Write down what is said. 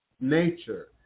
nature